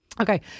Okay